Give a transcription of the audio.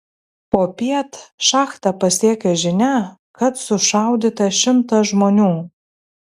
popiet šachtą pasiekė žinia kad sušaudyta šimtas žmonių